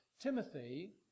Timothy